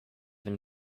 been